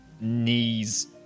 knees